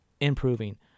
improving